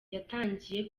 yatangiye